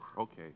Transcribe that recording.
Okay